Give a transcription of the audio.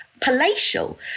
palatial